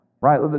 right